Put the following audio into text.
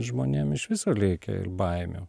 žmonėm iš viso leikia ir baimių